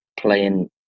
playing